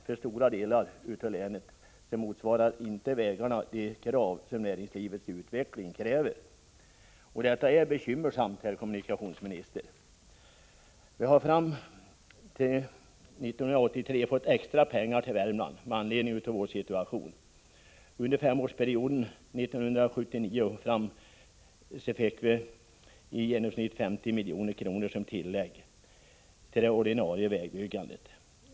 För stora delar av länet motsvarar vägarna inte den standard som näringslivets utveckling kräver. Detta är bekymmersamt, herr kommunikationsminister. Vi har fram till 1983 fått extra pengar till Värmland med anledning av vår situation. Under femårsperioden 1979 och framåt fick vi i genomsnitt 50 milj.kr. per år som tillägg till det ordinarie vägbyggandet.